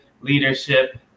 leadership